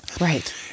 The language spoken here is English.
Right